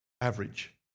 average